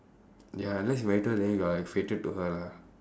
ya unless you married to her then you are like fated to her lah